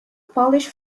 polish